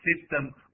system